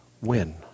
win